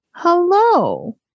Hello